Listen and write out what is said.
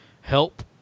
help